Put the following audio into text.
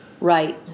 Right